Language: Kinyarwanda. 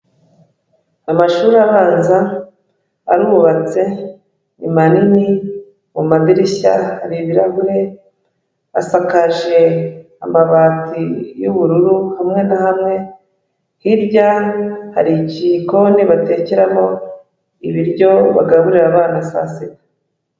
Amashuri abanza arubatse, ni manini mu madirishya hari ibirahure, asakaje amabati y'ubururu hamwe na hamwe, hirya hari igikoni batekeramo ibiryo bagaburira abana saa sita.